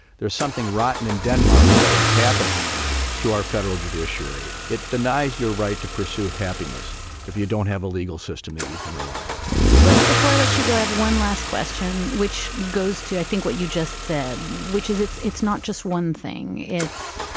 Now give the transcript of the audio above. there's something rotten in denmark about what's happening to our federal judiciary. it denies your right to pursue happiness if you don't have a legal system that you can rely on russ, before i let you go, i have one last question which goes to i think what you just said, which is it's it's not just one thing. it's,